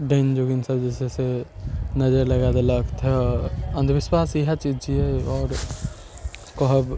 डायन जोगिन सब जे छै से नजरि लगा देलक तऽ अन्धविश्वास इएह चीज छियै आओर कहब